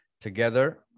together